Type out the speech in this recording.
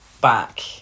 back